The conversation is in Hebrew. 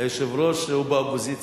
היושב-ראש, הוא באופוזיציה.